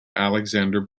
alexander